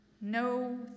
No